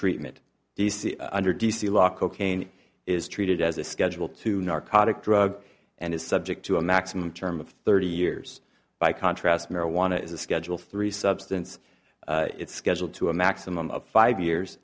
treatment under d c law cocaine is treated as a schedule two narcotic drug and is subject to a maximum term of thirty years by contrast marijuana is a schedule three substance it's schedule to a maximum of five years